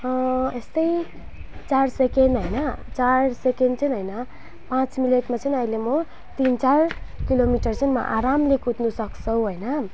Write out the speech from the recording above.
यस्तै चार सेकेन्ड होइन चार सेकेन्ड चाहिँ होइन पाँच मिनटमा चाहिँ नि अहिले म तिन चार किलो मिटर चाहिँ म आरामले कुद्नु सक्छु होइन